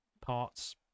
parts